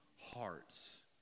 hearts